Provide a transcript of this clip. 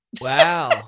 Wow